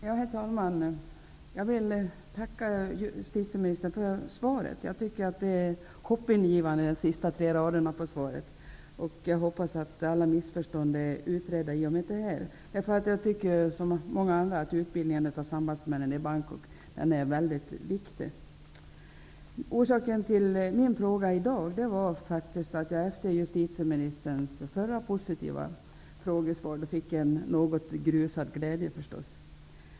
Herr talman! Jag vill tacka justitieministern för svaret. Jag tycker att de sista tre raderna är hoppingivande, och jag hoppas att alla missförstånd är utredda i och med det här. Jag tycker som många andra att utbildningen av sambandsmännen i Bangkok är väldigt viktig. Orsaken till min fråga i dag var att glädjen över justitieministerns förra positiva frågesvar grusades något.